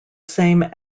same